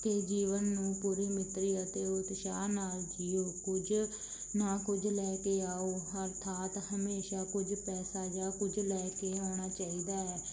ਕਿ ਜੀਵਨ ਨੂੰ ਪੂਰੀ ਮਿੱਤਰੀ ਅਤੇ ਉਤਸ਼ਾਹ ਨਾਲ ਜੀਓ ਕੁਝ ਨਾ ਕੁਝ ਲੈ ਕੇ ਆਓ ਹਰ ਥਾਂਤ ਹਮੇਸ਼ਾ ਕੁਝ ਪੈਸਾ ਜਾਂ ਕੁਝ ਲੈ ਕੇ ਆਉਣਾ ਚਾਹੀਦਾ ਹੈ